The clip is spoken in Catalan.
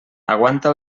aguanta